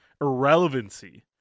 irrelevancy